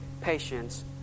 patience